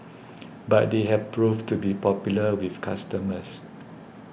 but they have proved to be popular with customers